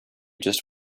just